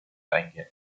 eingehen